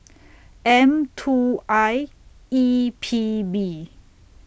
M two I E P B